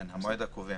כן, המועד הקובע.